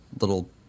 little